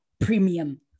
premium